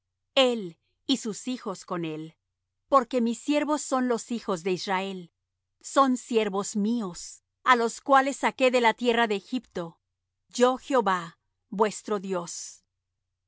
él y sus hijos con él porque mis siervos son los hijos de israel son siervos míos á los cuales saqué de la tierra de egipto yo jehová vuestro dios